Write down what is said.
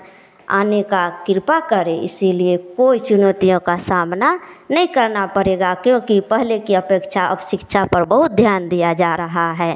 आने का कृपा करे इसीलिए कोई चुनौतियों का सामना नहींकरना पड़ेगा क्योंकि पहले की अपेक्षा अब शिक्षा पर बहुत ध्यान दिया जा रहा है